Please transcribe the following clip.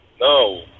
No